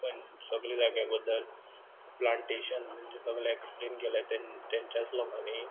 खं सगलें जाग्या बद्दल प्लान्टेशन बीन तें सगलें एक्सप्लेन केलें तेन तेंच्याच लोकांनी